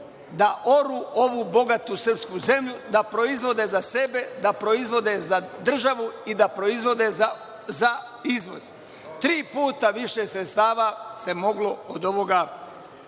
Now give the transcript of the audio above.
da oru ovu bogatu srpsku zemlju, da proizvode za sebe, da proizvode za državu, da proizvode za izvoz. Tri puta više sredstava se moglo od ovoga